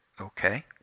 okay